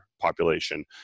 population